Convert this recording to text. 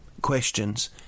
questions